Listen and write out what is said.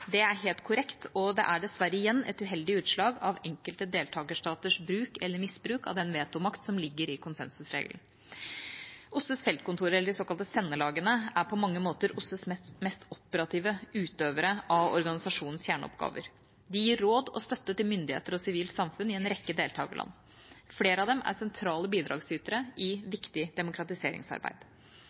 Det er helt korrekt, og det er dessverre igjen et uheldig utslag av enkelte deltakerstaters bruk eller misbruk av den vetomakten som ligger i konsensusregelen. OSSEs feltkontorer, eller de såkalte sendelagene, er på mange måter OSSEs mest operative utøvere av organisasjonens kjerneoppgaver. De gir råd og støtte til myndigheter og sivilt samfunn i en rekke deltakerland. Flere av dem er sentrale bidragsytere i viktig demokratiseringsarbeid.